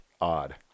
odd